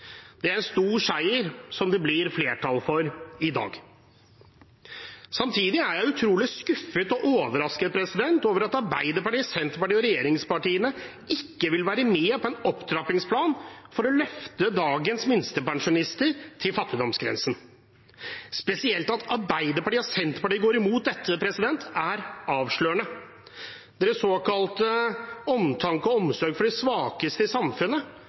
Det er en stor seier som det blir flertall for i dag. Samtidig er jeg utrolig skuffet og overrasket over at Arbeiderpartiet, Senterpartiet og regjeringspartiene ikke vil være med på en opptrappingsplan for å løfte dagens minstepensjonister til fattigdomsgrensen. Spesielt at Arbeiderpartiet og Senterpartiet går imot dette, er avslørende. Deres såkalte omtanke og omsorg for de svakeste i samfunnet